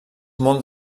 molt